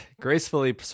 gracefully